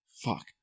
Fuck